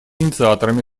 инициаторами